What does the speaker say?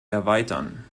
erweitern